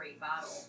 bottle